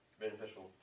beneficial